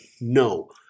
no